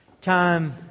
time